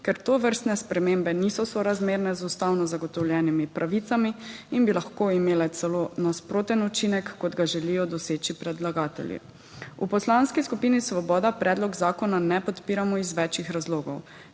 ker tovrstne spremembe niso sorazmerne z ustavno zagotovljenimi pravicami in bi lahko imele celo nasproten učinek, kot ga želijo doseči predlagatelji. V Poslanski skupini Svoboda predloga zakona ne podpiramo iz več razlogov.